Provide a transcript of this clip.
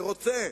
ורוצה